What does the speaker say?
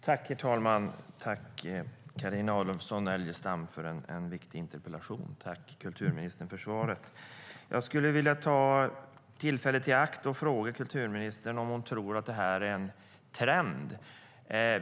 Herr talman! Tack, Carina Adolfsson Elgestam, för en viktig interpellation! Tack, kulturministern, för svaret! Jag skulle vilja ta tillfället i akt att fråga kulturministern om hon tror att det här är en trend.